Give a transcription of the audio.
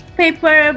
paper